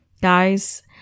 Guys